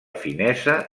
finesa